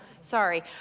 sorry